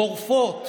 גורפות,